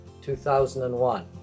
2001